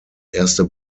erste